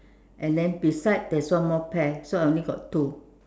and then beside there's one more pear so I only got two